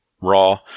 Raw